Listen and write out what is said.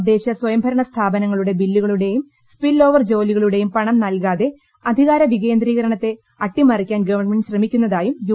തദ്ദേശ സ്വയംഭരണ സ്ഥാപനങ്ങളുടെ ധർണ്ണ ബില്ലുകളുടെയും സ്പിൽ ഓവർ ജോലികളുടെയും പണം നൽകാതെ അധികാര വികേന്ദ്രീകരണത്ത അട്ടിമറിക്കാൻ ഗവൺമെന്റ് ശ്രമിക്കുന്നതായും യു